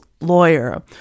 lawyer